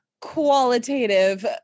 qualitative